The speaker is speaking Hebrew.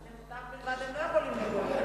אז "למוטב בלבד" הם לא יכולים לגלגל.